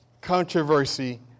controversy